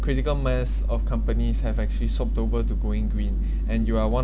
critical mass of companies have actually swapped over to going green and you are one